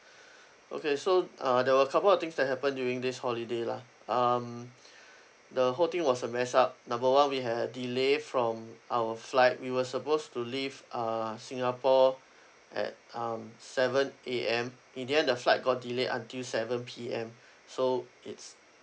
okay so uh there were a couple of things that happen during this holiday lah um the whole thing was a mess up number one we had a delay from our flight we were supposed to leave uh singapore at um seven A_M in the end the flight got delayed until seven P_M so it's